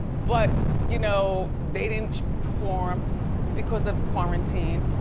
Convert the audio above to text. but, you know, they didn't perform because of quarantine,